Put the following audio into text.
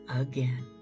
again